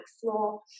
floor